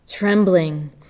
Trembling